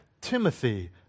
Timothy